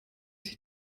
sich